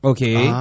Okay